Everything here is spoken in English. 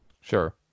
Sure